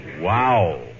Wow